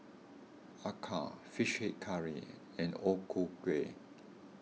Acar Fish Head Curry and O Ku Kueh